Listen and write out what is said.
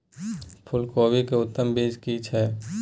फूलकोबी के उत्तम बीज की छै?